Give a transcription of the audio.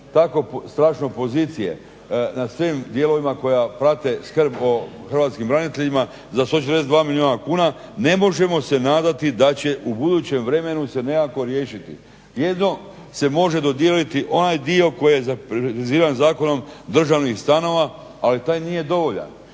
tako strašno pozicije na svim dijelovima koja prate skrb o hrvatskim braniteljima za 142 milijuna kuna ne možemo se nadati da će u budućem vremenu se nakako riješiti. Jedino se može dodijeliti onaj dio koji je …/Govornik se ne razumije./… državnih stanova ali taj nije dovoljan.